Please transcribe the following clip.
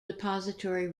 depository